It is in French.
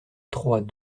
trois